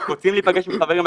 אנחנו רוצים להיפגש עם חברים,